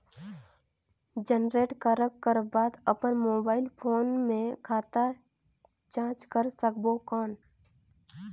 Generate करक कर बाद अपन मोबाइल फोन मे खाता जांच कर सकबो कौन?